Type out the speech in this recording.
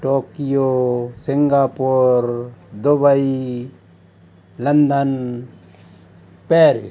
Tokyo Singapore Dubai London Paris